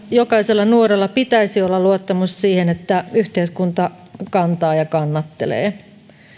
jokaisella nuorella pitäisi olla luottamus siihen että yhteiskunta kantaa ja kannattelee